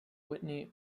whitney